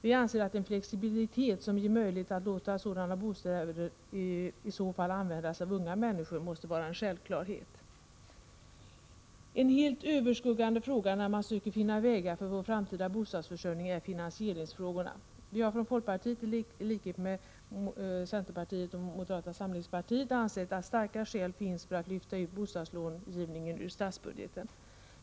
Vi anser att en flexibilitet som ger möjlighet att låta sådana bostäder användas av unga människor måste vara en självklarhet. En helt överskuggande fråga när man försöker finna vägar för vår framtida bostadsförsörjning är finansieringsfrågorna. Vi har från folkpartiet, i likhet med centerpartiet och moderata samlingspartiet, ansett att starka skäl finns för att lyfta ut bostadslångivningen ur statsbudgeten.